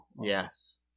yes